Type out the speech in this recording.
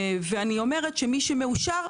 מי שמאושר,